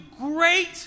great